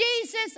Jesus